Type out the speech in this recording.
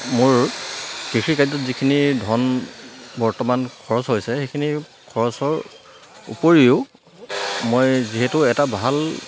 মোৰ কৃষি কাৰ্যত যিখিনি ধন বৰ্তমান খৰচ হৈছে সেইখিনি খৰচৰ উপৰিও মই যিহেতু এটা ভাল